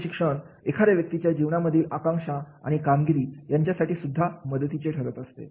असे शिक्षण एखाद्या व्यक्तीच्या जीवनामधील आकांक्षा आणि कामगिरी यांच्यासाठी सुद्धा मदतीचे ठरत असते